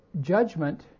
judgment